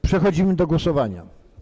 Przechodzimy do głosowania.